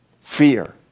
fear